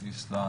איסלנד.